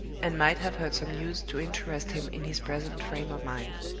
and might have heard some news to interest him in his present frame of mind.